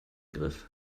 griff